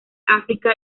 áfrica